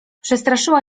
przestraszyła